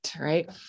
right